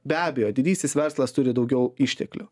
be abejo didysis verslas turi daugiau išteklių